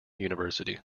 university